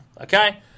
okay